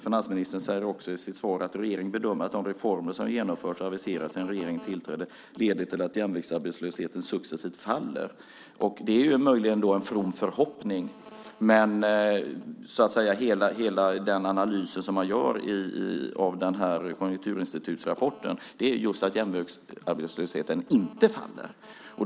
Finansministern säger i sitt svar att regeringen bedömer att de reformer som genomförts och aviserats sedan regeringen tillträdde leder till att jämviktsarbetslösheten successivt faller. Det är möjligen en from förhoppning. Men den analys som man gör av Konjunkturinstitutets rapport är just att jämviktsarbetslösheten inte faller.